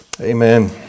Amen